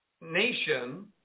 nation